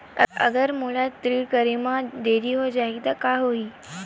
अगर मोला ऋण करे म देरी हो जाहि त का होही?